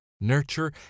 nurture